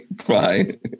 Fine